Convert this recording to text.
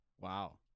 Wow